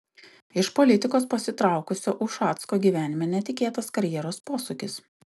iš politikos pasitraukusio ušacko gyvenime netikėtas karjeros posūkis